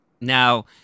Now